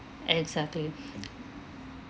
exactly